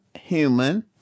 human